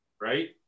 right